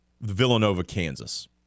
Villanova-Kansas